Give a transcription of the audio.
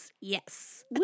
Yes